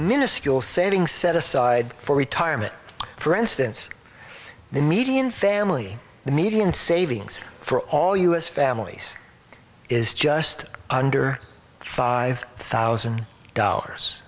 minuscule saving set aside for retirement for instance the median family the median savings for all us families is just under five one thousand dollars